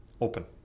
open